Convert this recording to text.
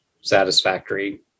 satisfactory